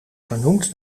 vernoemd